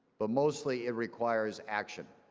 but mostly, it requires action.